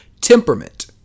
Temperament